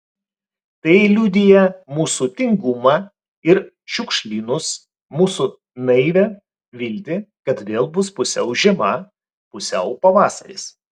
tai liudija mūsų tingumą ir šiukšlynus mūsų naivią viltį kad vėl bus pusiau žiema pusiau pavasaris